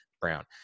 Brown